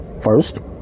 First